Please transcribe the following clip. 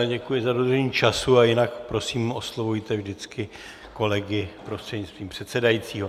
Děkuji za dodržení času a jinak prosím, oslovujte vždycky kolegy prostřednictvím předsedajícího.